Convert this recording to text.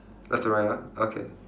left to right ah okay